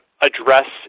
address